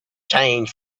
change